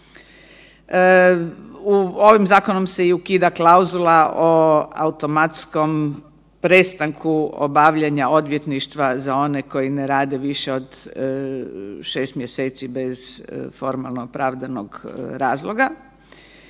ovim zakonom se i ukida klauzula o automatskom prestanku obavljanja odvjetništva za one koji ne rade više od 6 mjeseci bez formalno opravdanog razloga.